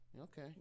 Okay